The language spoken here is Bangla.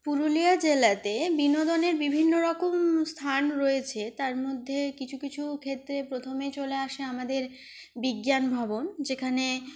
পুরুলিয়া জেলাতে বিনোদনের বিভিন্নরকম স্থান রয়েছে তার মধ্যে কিছু কিছু ক্ষেত্রে প্রথমে চলে আসে আমাদের বিজ্ঞান ভবন যেখানে